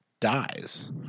dies